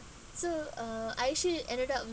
so uh I actually ended up